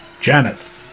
Janeth